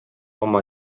oma